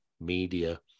media